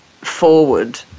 forward